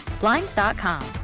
Blinds.com